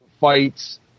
fights